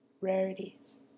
rarities